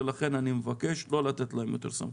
לכן אני מבקש לא לתת להם יותר סמכויות.